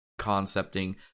concepting